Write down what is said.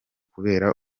kubera